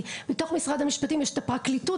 כי בתוך משרד המשפטים יש את הפרקליטות